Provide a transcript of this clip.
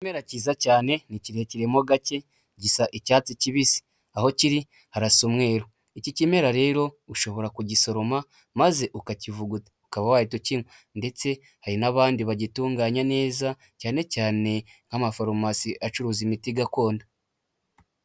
Ikimera cyiza cyane ni kirekire mo gake gisa icyatsi kibisi, aho kiri harasa umweru, iki kimera rero ushobora kugisoroma maze ukakivuguta ukaba wahita ukinywa, ndetse hari n'abandi bagitunganya neza cyane cyane nk'amafarumasi acuruza imiti gakondo.